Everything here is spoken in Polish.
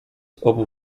obu